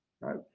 right